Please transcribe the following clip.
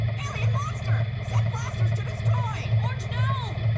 alien monster! set blasters to destroy. orange, no!